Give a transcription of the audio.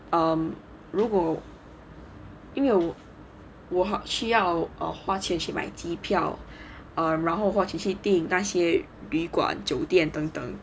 um 如果因为我好需要 err 花钱去买机票 err 然后或者去订那些旅馆酒店等等